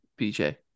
BJ